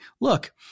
look